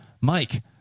Mike